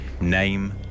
Name